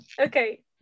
Okay